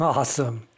Awesome